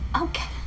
Okay